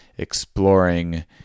exploring